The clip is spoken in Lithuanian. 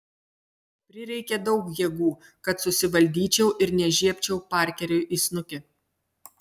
prireikė daug jėgų kad susivaldyčiau ir nežiebčiau parkeriui į snukį